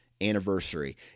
anniversary